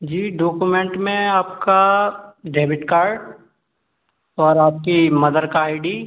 जी document में आपका debit card और आपकी मदर का आई डी